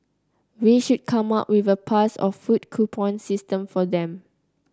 we should come up with a pass or food coupon system for them